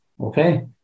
Okay